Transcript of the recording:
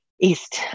East